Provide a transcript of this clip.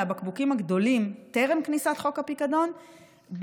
טרם כניסת חוק הפיקדון,